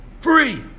Free